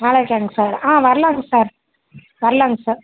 நாளைக்காங்க sir ஆ வரலாங்க sir வரலாங்க சார்